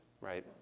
right